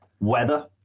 weather